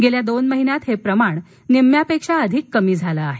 गेल्या दोन महिन्यात हे प्रमाण निम्म्यापेक्षा अधिक कमी झालं आहे